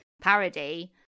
parody